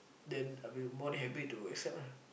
then I will be more than happy to accept ah